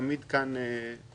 אני תמיד כאן לעזר.